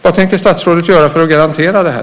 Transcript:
Vad tänker statsrådet göra för att garantera det här?